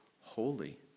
holy